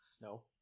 No